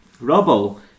rubble